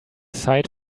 sight